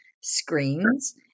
screens